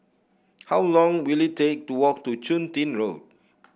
how long will it take to walk to Chun Tin Road